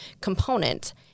component